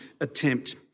attempt